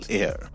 air